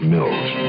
Mills